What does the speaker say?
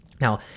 Now